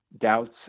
doubts